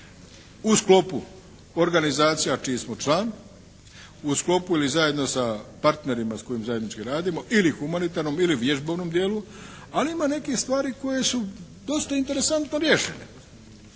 u sklopu organizacija čiji smo član, u sklopu ili zajedno sa partnerima s kojima zajednički radimo ili humanitarnom ili vježbovnom dijelu. Ali ima nekih stvari koje su dosta interesantno riješene.